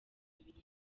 imibiri